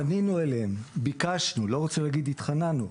פנינו אליהם וביקשנו לא רוצה להגיד התחננו.